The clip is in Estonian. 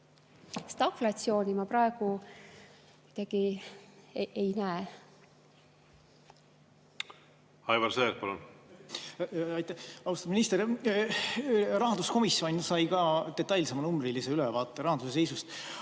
Stagflatsiooni ma praegu ei näe. Aivar Sõerd, palun! Aitäh! Austatud minister! Rahanduskomisjon sai ka detailsema numbrilise ülevaate rahanduse seisust,